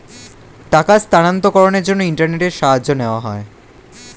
টাকার স্থানান্তরকরণের জন্য ইন্টারনেটের সাহায্য নেওয়া হয়